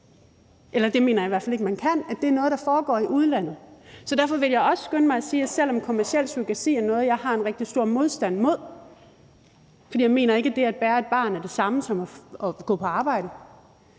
dem. Jeg mener i hvert fald ikke bare, at vi kan sige, at det er noget, der foregår i udlandet. Så derfor vil jeg også skynde mig at sige, at selv om kommerciel surrogati er noget, som jeg har en rigtig stor modstand mod, fordi jeg ikke mener, at det at bære et barn er det samme som at gå på arbejde,